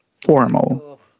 formal